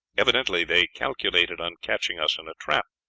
evidently they calculated on catching us in a trap.